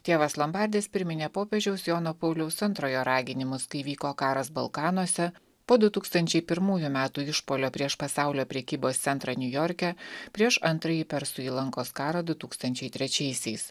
tėvas lombardis priminė popiežiaus jono pauliaus antrojo raginimus kai vyko karas balkanuose po du tūkstančiai pirmųjų metų išpuolio prieš pasaulio prekybos centrą niujorke prieš antrąjį persų įlankos karą du tūkstančiai trečiaisiais